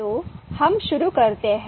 तो हम शुरू करते हैं